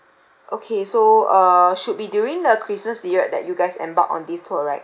okay so uh should be during the christmas period that you guys embarked on this tour right